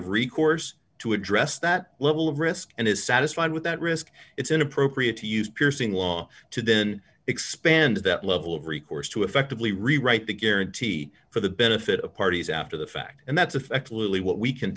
of recourse to address that level of risk and is satisfied with that risk it's inappropriate to use piercing law to then expand that level of recourse to effectively rewrite the guarantee for the benefit of parties after the fact and that's a